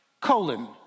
colon